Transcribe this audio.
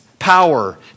Power